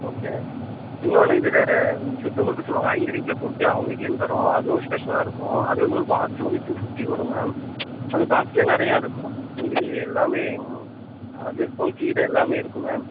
okay இன்னொன்று இதில் சுத்து முறுக்கு சொல்வாங்க ஐயர் வீட்டில் போட்டு அவங்க வீட்லேந்து தரோம் அதுவும் ஸ்பெஷலாக இருக்கும் அது வந்து ஒரு பாக்ஸ் வந்து டூ ஃபிஃப்டி வரும் மேம் அந்த பாக்ஸ்லே நிறையா இருக்கும் முந்திரி எல்லாமே அதிர்சம் சீடை எல்லாமே இருக்கும் மேம்